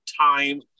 time